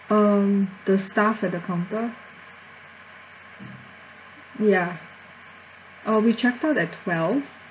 um the staff at the counter ya uh we checked out at twelve